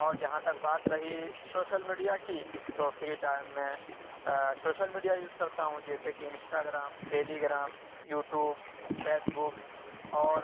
اور جہاں تک بات رہی شوشل میڈیا کی تو فری ٹائم میں شوشل میڈیا یوز کرتا ہوں جیسے کہ Instagram Telegram YouTube Facebook اور